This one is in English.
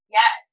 Yes